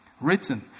written